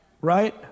right